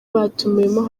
batumiwemo